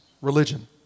Religion